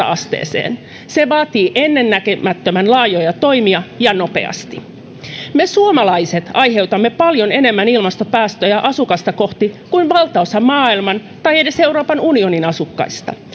asteeseen se vaatii ennennäkemättömän laajoja toimia ja nopeasti me suomalaiset aiheutamme paljon enemmän ilmastopäästöjä asukasta kohti kuin valtaosa maailman tai edes euroopan unionin asukkaista